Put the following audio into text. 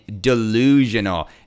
Delusional